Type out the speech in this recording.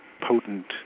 potent